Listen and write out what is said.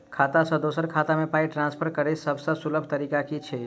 खाता सँ दोसर खाता मे पाई ट्रान्सफर करैक सभसँ सुलभ तरीका की छी?